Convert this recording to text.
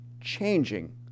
changing